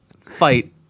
fight